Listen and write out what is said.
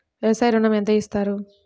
వ్యవసాయ ఋణం ఎంత ఇస్తారు?